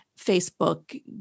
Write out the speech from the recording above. Facebook